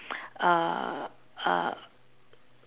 uh uh